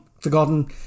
forgotten